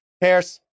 Paris